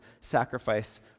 sacrifice